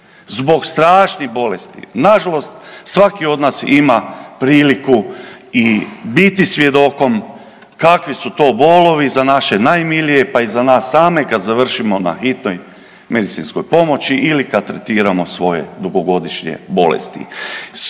Zbog strašnih bolesti, nažalost svaki od nas ima priliku i biti svjedokom kakvi su to bolovi za naše najmilije, pa i za nas same kad završimo na hitnoj medicinskoj pomoći ili kad tretiramo svoje dugogodišnje bolesti.